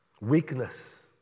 Weakness